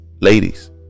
ladies